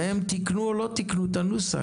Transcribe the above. והם תיקנו, או לא תיקנו, את הנוסח.